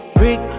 brick